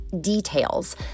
details